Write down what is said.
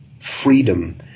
freedom